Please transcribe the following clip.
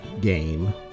game